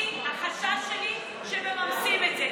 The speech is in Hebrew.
החשש שלי הוא שממסמסים את זה.